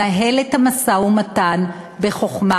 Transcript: נהל את המשא-ומתן בחוכמה,